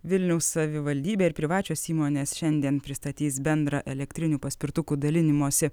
vilniaus savivaldybė ir privačios įmonės šiandien pristatys bendrą elektrinių paspirtukų dalinimosi